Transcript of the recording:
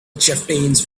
chieftains